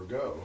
go